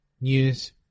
News